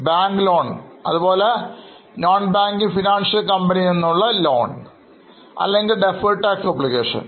bank loan അതുപോലെ loan from NBFC അല്ലെങ്കിൽ Deferred tax obligations എന്നിവയാണ്